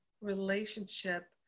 relationship